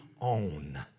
own